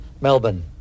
Melbourne